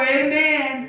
amen